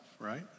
right